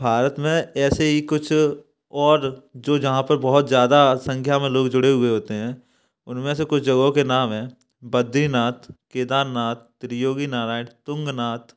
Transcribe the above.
भारत में ऐसे ही कुछ और जो जहाँ पर बहुत ज्यादा संख्या में लोग जुड़े हुए होते हैं उनमें से कुछ जगहों के नाम हैं बद्रीनाथ केदारनाथ त्रियोगी नारायण तुंगनाथ